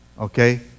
Okay